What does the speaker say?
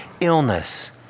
illness